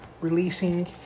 releasing